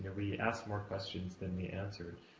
we asked more questions than we answered.